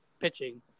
pitching